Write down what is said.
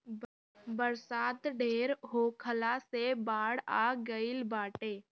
बरसात ढेर होखला से बाढ़ आ गइल बाटे